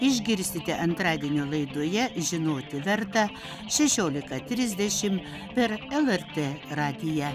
išgirsite antradienio laidoje žinoti verta šešiolika trisdešimt per lrt radiją